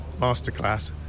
masterclass